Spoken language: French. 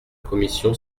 commission